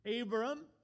Abram